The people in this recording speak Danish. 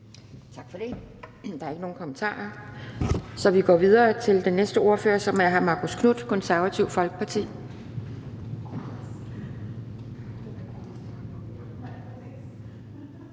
Tak for det. Der er ikke nogen kommentarer, så vi går videre til den næste ordfører, som er hr. Marcus Knuth, Det Konservative Folkeparti.